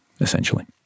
essentially